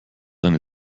eine